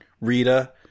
Rita